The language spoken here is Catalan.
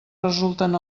resulten